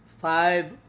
five